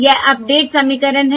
यह अपडेट समीकरण है